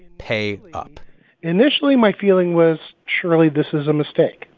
and pay up initially, my feeling was surely this is a mistake,